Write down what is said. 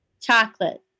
Chocolate